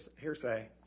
Hearsay